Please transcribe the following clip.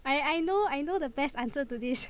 I I know I know the best answer to this